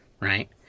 right